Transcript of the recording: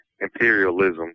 Imperialism